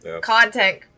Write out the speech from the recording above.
content